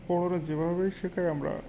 বড়রা যেভাবেই শেখায় আমরা